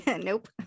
Nope